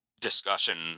discussion